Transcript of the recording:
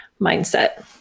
mindset